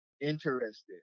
interested